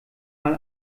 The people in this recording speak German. mal